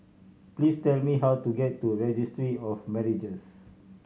please tell me how to get to Registry of Marriages